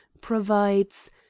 provides